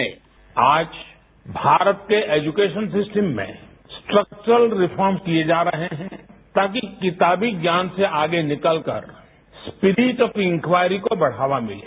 bite आज भारत के education system में स्ट्रक्चर्ड रिफॉर्म किए जा रहे है ताकि किताबी ज्ञान से आगे निकलकर स्पिरिट ऑफ इंक्वारी को बढ़ावा मिले